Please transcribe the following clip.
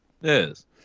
Yes